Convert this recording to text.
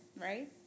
right